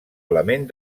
element